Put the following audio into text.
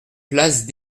place